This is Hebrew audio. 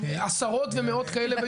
עשרות ומאות כאלה,